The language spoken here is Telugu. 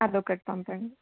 అదొకటి పంపండి